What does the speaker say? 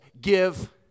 Give